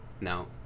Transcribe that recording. No